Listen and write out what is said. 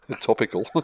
Topical